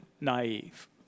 naive